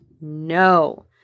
no